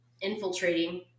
infiltrating